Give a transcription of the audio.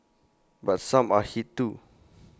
but some are hit too